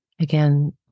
again